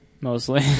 mostly